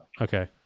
Okay